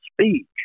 speech